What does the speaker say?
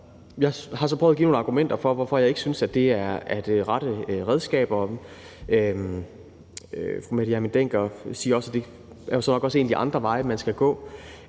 Jeg har så prøvet at komme med nogle argumenter for, hvorfor jeg ikke synes, det er det rette redskab. Fru Mette Hjermind Dencker siger også, at det nok også er en af de andre veje, man skal gå.